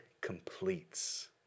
completes